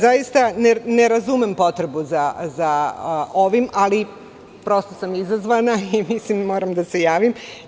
Zaista ne razumem potrebu za ovim, ali prosto sam izazvana i moram da se javim.